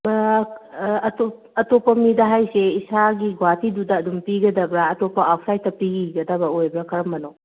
ꯑꯇꯣꯞꯄ ꯃꯤꯗ ꯍꯥꯏꯁꯤ ꯏꯁꯥꯒꯤ ꯒꯨꯍꯥꯇꯤꯗꯨꯗ ꯑꯗꯨꯝ ꯄꯤꯒꯗꯕ꯭ꯔꯥ ꯑꯇꯣꯞꯄ ꯑꯥꯎꯠꯁꯥꯏꯗꯇ ꯄꯤꯒꯤꯒꯗꯕ ꯑꯣꯏꯕ꯭ꯔꯥ ꯀꯔꯝꯕꯅꯣ